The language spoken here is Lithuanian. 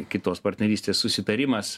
kitos partnerystės susitarimas